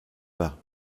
pas